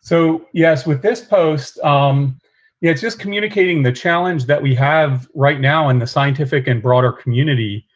so, yes, with this post. um yeah it's just communicating the challenge that we have right now and the scientific and broader community